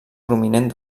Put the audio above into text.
prominent